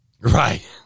Right